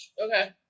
Okay